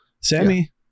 Sammy